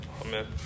Amen